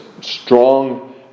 strong